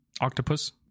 octopus